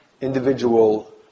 individual